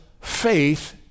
faith